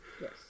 Yes